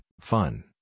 fun